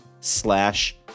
slash